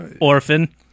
orphan